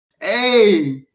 hey